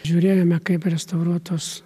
žiūrėjome kaip restauruotos